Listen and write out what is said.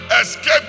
escape